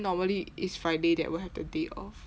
normally it's friday that will have the day off